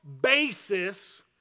basis